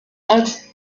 als